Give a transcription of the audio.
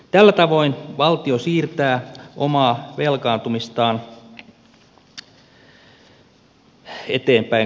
tällä tavoin valtio siirtää omaa velkaantumistaan eteenpäin kunnille